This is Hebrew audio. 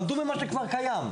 תעמדו במה שכבר קיים.